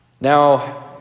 Now